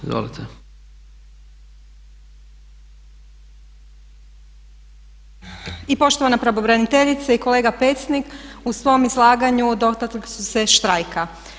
I poštovana pravobraniteljice i kolega Pecnik u svom izlaganju dotakli su se štrajka.